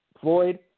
Floyd